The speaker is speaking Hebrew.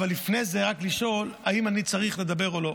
אבל לפני זה, רק לשאול: האם אני צריך לדבר או לא?